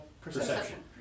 Perception